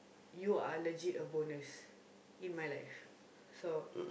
you are legit a bonus in my life so